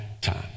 time